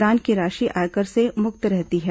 दान की राशि आयकर से मुक्त रहती है